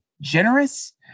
generous